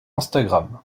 instagram